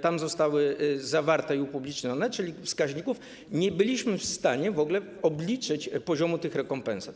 tam zostały zawarte i upublicznione, czyli wskaźników, nie byliśmy w stanie w ogóle obliczyć poziomu rekompensat.